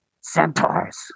Centaurs